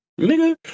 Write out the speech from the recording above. nigga